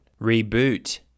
Reboot